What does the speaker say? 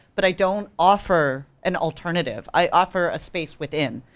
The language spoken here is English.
but i don't offer an alternative, i offer a space within,